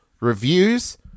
reviews